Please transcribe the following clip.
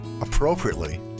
appropriately